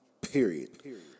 Period